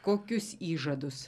kokius įžadus